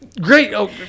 great